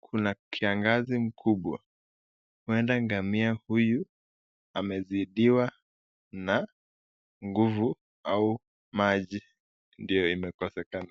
kuna kiangazi mkubwa. Huenda ngamia huyu amezidiwa na nguvu au maji ndiyo imekosekana.